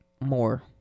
more